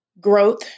growth